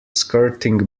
skirting